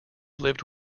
lived